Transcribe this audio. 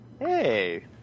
Hey